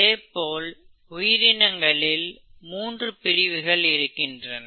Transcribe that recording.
அதேபோல் உயிரினங்களில் மூன்று பிரிவுகள் இருக்கின்றன